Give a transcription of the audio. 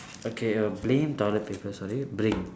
okay err bring toilet paper sorry bring